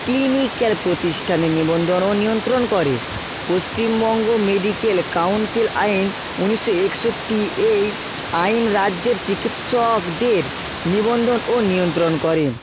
clinical প্রতিষ্ঠানে নিবন্ধন ও নিয়ন্ত্রণ করে পশ্চিমবঙ্গ মেডিকেল কাউন্সিল আইন উনিশশো একষট্টি এই আইন রাজ্যের চিকিৎসকদের নিবন্ধন ও নিয়ন্ত্রণ করে